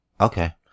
Okay